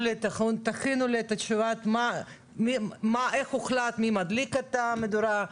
תכינו לי את התשובה: איך הוחלט מי מדליק את המדורה?